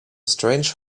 strange